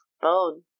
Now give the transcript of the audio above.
Bone